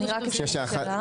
אני רק אסיים את השאלה.